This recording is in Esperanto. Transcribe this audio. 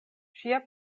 ŝia